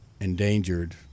endangered